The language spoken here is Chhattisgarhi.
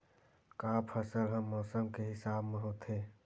का फसल ह मौसम के हिसाब म होथे?